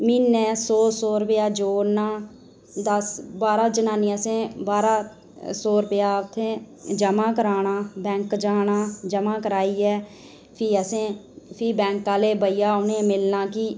म्हीनै सौ सौ रपेआ जोड़ना दस्स बारहां जनानियां असें बाहरा सौ रपेआ असें उत्थें जमां कराना बैंक जाना जमां कराइयै फ्ही फ्ही असें बैंक आह्ले भैया असें उ'नेंगी मिलना